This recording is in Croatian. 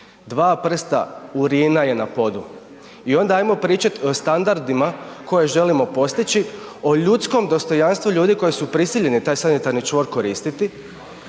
Dva prsta urina je na podu. I onda ajmo pričati o standardima koje želim postići, o ljudskom dostojanstvu ljudi koji su prisiljeni taj sanitarni čvor koristiti